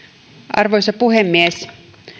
arvoisa puhemies